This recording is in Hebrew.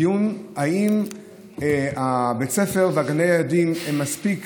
הדיון הוא אם בתי הספר וגני הילדים מספיק